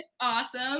Awesome